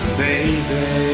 baby